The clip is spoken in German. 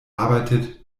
arbeitet